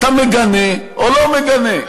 אתה מגנה או לא מגנה?